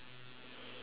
then how